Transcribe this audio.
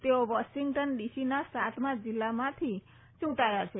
તેઓ વોશિંગ્ટન ડીસીના સાતમા જિલ્લામાંથી ચૂંટાયા છે